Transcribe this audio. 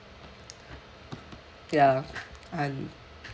ya and